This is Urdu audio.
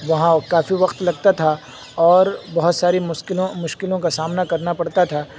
وہاں کافی وقت لگتا تھا اور بہت ساری مشکلوں کا سامنا کرنا پڑتا تھا